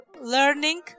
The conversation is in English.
learning